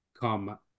come